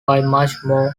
digital